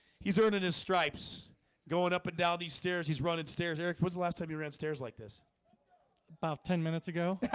he's earning his stripes going up and down these stairs. he's running stairs. erik was the last time you ran stairs like this about ten minutes ago